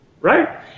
right